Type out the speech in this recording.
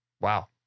Wow